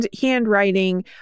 handwriting